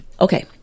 Okay